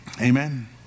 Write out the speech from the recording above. Amen